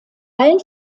allen